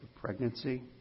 pregnancy